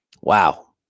Wow